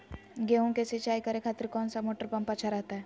गेहूं के सिंचाई करे खातिर कौन सा मोटर पंप अच्छा रहतय?